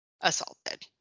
assaulted